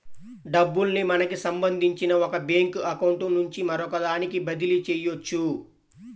డబ్బుల్ని మనకి సంబంధించిన ఒక బ్యేంకు అకౌంట్ నుంచి మరొకదానికి బదిలీ చెయ్యొచ్చు